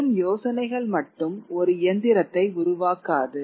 வெறும் யோசனைகள் மட்டும் ஒரு இயந்திரத்தை உருவாக்காது